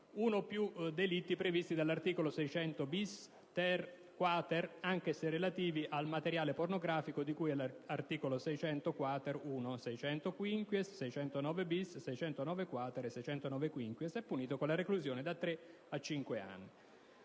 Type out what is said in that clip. uno o più delitti previsti dagli articoli 600-*bis,* 600-*ter* e 600-*quater*, anche se relativi al materiale pornografico di cui all'articolo 600-*quater.*1, 600-*quinquies,* 609-*bis,* 609-*quater* e 609-*quinquies* è punito con la reclusione da tre a cinque anni.